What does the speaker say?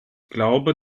glaube